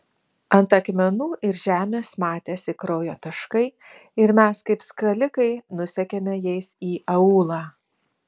ant akmenų ir žemės matėsi kraujo taškai ir mes kaip skalikai nusekėme jais į aūlą